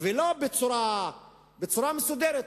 בצורה מסודרת.